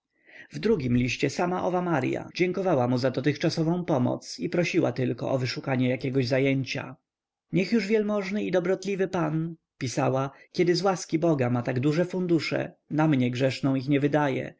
w drugim liście sama owa marya dziękowała mu za dotychczasową pomoc i prosiła tylko o wyszukanie jakiego zajęcia niech już wielmożny i dobrotliwy pan pisała kiedy z łaski boga ma takie duże fundusze na mnie grzeszną ich nie wydaje